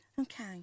Okay